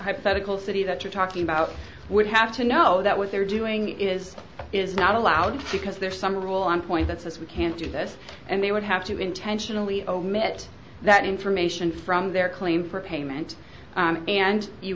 hypothetical city that you're talking about would have to know that what they're doing is is not allowed because there's some rule on point that says we can't do this and they would have to intentionally omit that information from their claim for payment and you